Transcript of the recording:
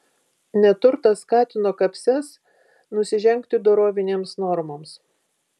neturtas skatino kapses nusižengti dorovinėms normoms